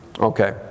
okay